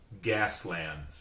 Gasland